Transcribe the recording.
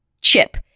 chip